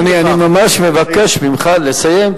אדוני, אני ממש מבקש ממך לסיים.